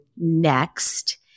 next